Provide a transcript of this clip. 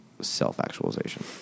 self-actualization